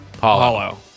hollow